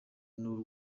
n’u